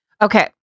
Okay